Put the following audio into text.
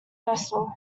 vessel